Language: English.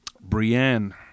Brienne